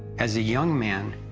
as a young man,